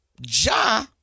Ja